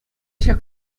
ҫак